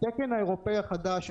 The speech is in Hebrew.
התקן האירופאי החדש,